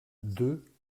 deux